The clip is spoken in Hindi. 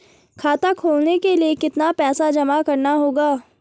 खाता खोलने के लिये कितना पैसा जमा करना होगा?